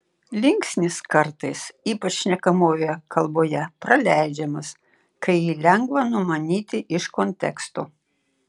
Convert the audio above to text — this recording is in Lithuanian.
linksnis kartais ypač šnekamojoje kalboje praleidžiamas kai jį lengva numanyti iš konteksto